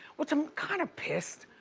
which i'm kind of pissed,